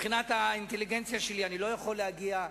באמת, מבחינת האינטליגנציה שלי אני לא יכול להגיע.